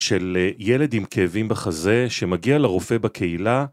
של ילד עם כאבים בחזה שמגיע לרופא בקהילה